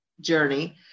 journey